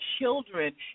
children